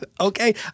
Okay